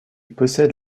possède